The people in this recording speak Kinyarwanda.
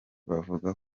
bavuga